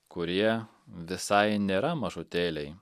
kurie visai nėra mažutėliai